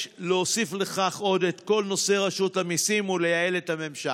יש להוסיף לכך עוד את כל נושא רשות המיסים ולייעל את הממשק.